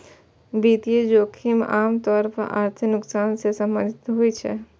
वित्तीय जोखिम आम तौर पर आर्थिक नुकसान सं संबंधित होइ छै